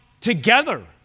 together